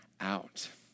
out